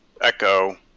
echo